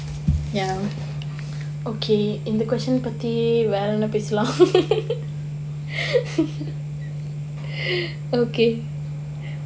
ya okay இந்த:intha question பத்தி வேற என்ன பேசலாம்:pathi vera enna pesalaam okay